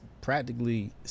practically